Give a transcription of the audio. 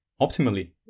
optimally